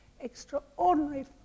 extraordinary